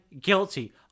guilty